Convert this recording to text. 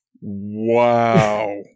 Wow